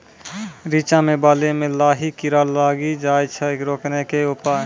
रिचा मे बाली मैं लाही कीड़ा लागी जाए छै रोकने के उपाय?